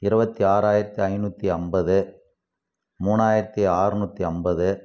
இருபத்தி ஆறாயிரத்து ஐந்நூற்றி ஐம்பது மூணாயிரத்து ஆறுநூத்தி ஐம்பது